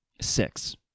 six